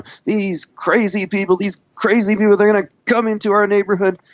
these crazy people, these crazy people, they are going to come into our neighbourhood!